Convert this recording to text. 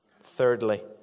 Thirdly